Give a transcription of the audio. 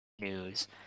news